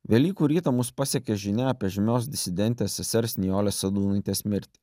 velykų rytą mus pasiekė žinia apie žymios disidentės sesers nijolės sadūnaitės mirtį